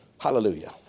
Hallelujah